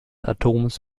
atoms